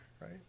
right